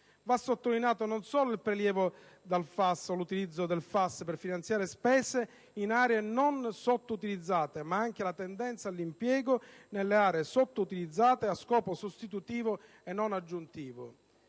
Va sottolineato non solo il prelievo dal FAS o l'utilizzo del FAS per finanziare spese in aree non sottoutilizzate, ma anche la tendenza all'impiego, nelle aree sottoutilizzate, a scopo sostitutivo e non aggiuntivo.